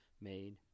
made